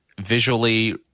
visually